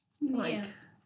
Yes